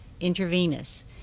intravenous